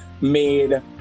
made